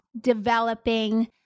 developing